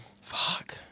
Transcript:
fuck